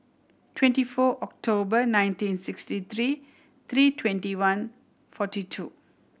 twenty four October nineteen sixty three three twenty one forty two